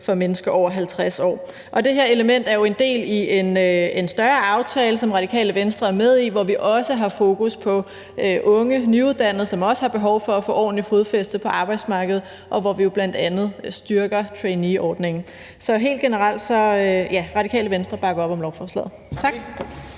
for mennesker over 50 år. Det her element er jo en del af en større aftale, som Radikale Venstre er med i, hvor vi også har fokus på unge nyuddannede, som også har behov for at få ordentligt fodfæste på arbejdsmarkedet, og hvor vi jo bl.a. styrker traineeordningen. Så helt generelt kan jeg sige, at Radikale Venstre bakker op om lovforslaget. Tak.